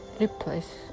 replace